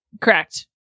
Correct